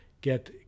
get